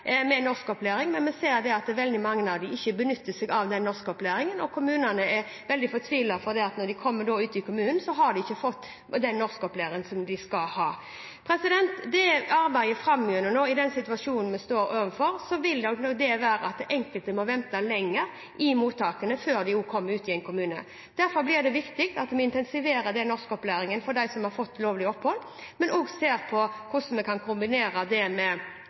med norskopplæring, men vi ser at veldig mange av dem ikke benytter seg av den norskopplæringen, og kommunene er veldig fortvilet, for når de kommer ut i kommunene, har de ikke fått den norskopplæringen som de skal ha. I den situasjonen vi står overfor, vil det nok være at den enkelte må vente lenger i mottak før en kommer ut i en kommune. Derfor blir det viktig at vi intensiverer norskopplæringen for dem som har fått lovlig opphold, men også ser på hvordan vi kan kombinere det med